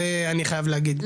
זה אני חייב להגיד,